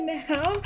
now